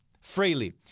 freely